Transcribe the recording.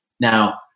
Now